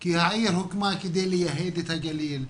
כי העיר הוקמה כדי לייהד את הגליל,